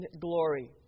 glory